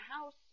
house